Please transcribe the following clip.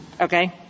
Okay